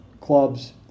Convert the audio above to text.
clubs